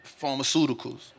pharmaceuticals